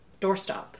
doorstop